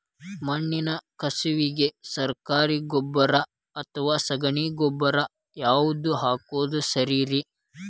ಮಣ್ಣಿನ ಕಸುವಿಗೆ ಸರಕಾರಿ ಗೊಬ್ಬರ ಅಥವಾ ಸಗಣಿ ಗೊಬ್ಬರ ಯಾವ್ದು ಹಾಕೋದು ಸರೇರಿ?